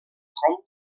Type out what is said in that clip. com